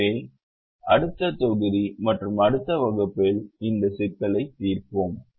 எனவே அடுத்த தொகுதி மற்றும் அடுத்த வகுப்புகளில் இந்த சிக்கலை தீர்ப்போம்